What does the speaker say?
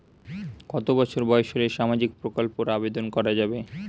কত বছর বয়স হলে সামাজিক প্রকল্পর আবেদন করযাবে?